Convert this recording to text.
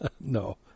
No